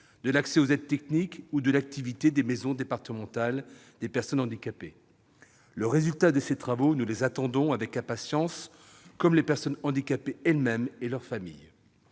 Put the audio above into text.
de l'accès aux aides techniques ou de l'activité des maisons départementales des personnes handicapées (MDPH). Le résultat de ces travaux, nous les attendons avec impatience, comme les personnes handicapées elles-mêmes et leurs familles.